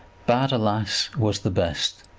bad, alas, was the best,